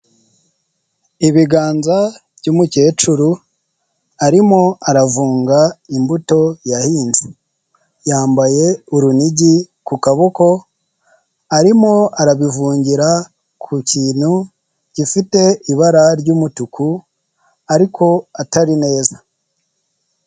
Ibiganza by'umukecuru arimo aravunga imbuto yahinze, yambaye urunigi ku kaboko, arimo arabivungira ku kintu gifite ibara ry'umutuku ariko atari neza.